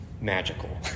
magical